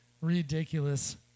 ridiculous